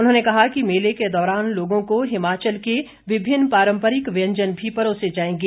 उन्होंने कहा कि मेले के दौरान लोगों को हिमाचल के विभिन्न पारम्परिक व्यंजन भी परोसे जाएंगे